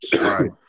right